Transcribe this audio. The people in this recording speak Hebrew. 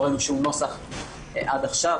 לא ראינו שום נוסח עד עכשיו,